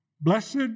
Blessed